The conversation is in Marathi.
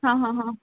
हां हां हां